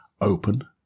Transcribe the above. open